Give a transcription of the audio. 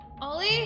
Ollie